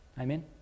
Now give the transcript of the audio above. Amen